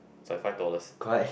so five dollars